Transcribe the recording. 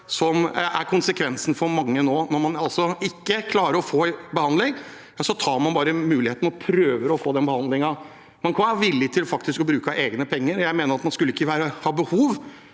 som er konsekvensen for mange nå. Når man altså ikke klarer å få behandling, tar man muligheten og prøver å få behandlingen, og man kan faktisk være villig til å bruke av egne penger. Jeg mener man ikke skulle ha behov